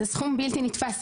זה סכום בלתי נתפס,